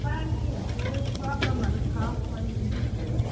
पानीहरूको प्रब्लमहरू छ छैन